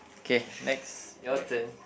okay next your turn